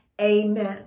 amen